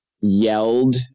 yelled